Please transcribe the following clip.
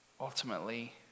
ultimately